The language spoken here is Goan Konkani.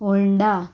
होंडा